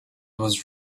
was